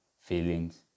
feelings